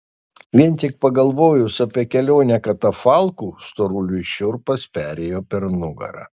vien tik pagalvojus apie kelionę katafalku storuliui šiurpas perėjo per nugarą